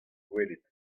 gwelet